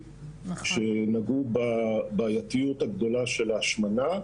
שנגעו בבעייתיות הגדולה של ההשמנה.